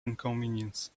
inconvenience